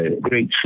great